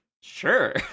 sure